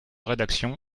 rédaction